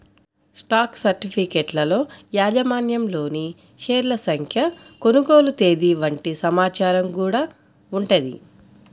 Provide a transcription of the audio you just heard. stock సర్టిఫికెట్లలో యాజమాన్యంలోని షేర్ల సంఖ్య, కొనుగోలు తేదీ వంటి సమాచారం గూడా ఉంటది